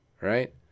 right